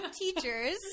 Teachers